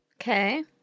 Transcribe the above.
Okay